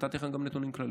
נתתי לכם גם נתונים כלליים.